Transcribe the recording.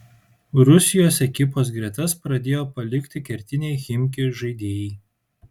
rusijos ekipos gretas pradėjo palikti kertiniai chimki žaidėjai